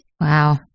Wow